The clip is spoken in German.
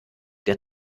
der